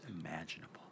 imaginable